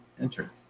enter